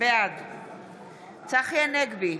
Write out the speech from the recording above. בעד צחי הנגבי,